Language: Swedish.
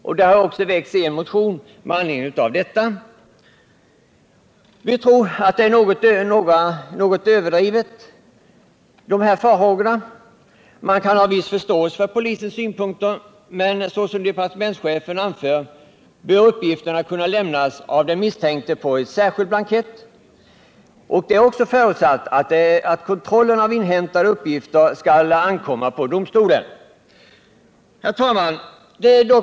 En motion har väckts med anledning av dessa synpunkter. Vi tror dock att dessa farhågor är något överdrivna. Man kan ha viss förståelse för polisens synpunkter, men — såsom departementschefen anför — uppgifterna bör kunna lämnas av den misstänkte på en särskild blankett. Det är också förutsatt att kontrollen av inhämtade uppgifter skall ankomma på domstolen. Herr talman!